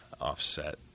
offset